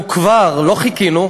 אנחנו לא חיכינו,